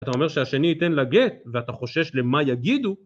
אתה אומר שהשני ייתן לה גט, ואתה חושש למה יגידו?